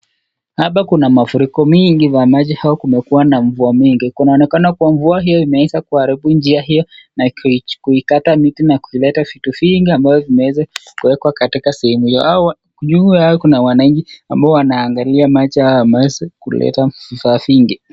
Hapa kuna mafuriko mengi ya maji. Hapa kumekuwa na mvua mingi. Kunaonekana kuwa mvua hii imeweza kuharibu njia hiyo na kuikata miti na kuleta vitu vingi ambavyo vimeweza kuwekwa katika sehemu hiyo. Juu yao kuna wananchi ambao wanaangalia maji hayo wameweza kuleta vifaa vingi.